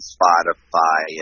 Spotify